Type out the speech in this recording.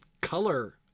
color